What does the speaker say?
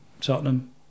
Tottenham